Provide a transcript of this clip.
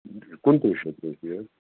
کُنترٕٛہ شتھ رۄپہِ حظ